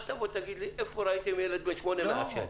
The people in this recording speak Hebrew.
אל תבוא ותגיד לי: איפה ראיתם ילד בן שמונה שמעשן?